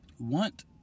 want